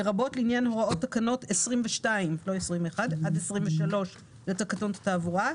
לרבות לעניין הוראות תקנות 22 עד 23 לתקנות התעבורה,